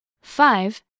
Five